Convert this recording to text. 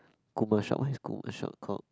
shop what is shop called